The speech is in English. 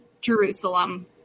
Jerusalem